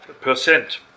percent